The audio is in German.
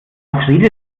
redet